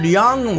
young